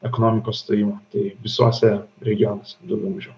ekonomikos stojimo tai visuose regionuose daugiau mažiau